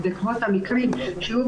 בעקבות המקרים שהיו,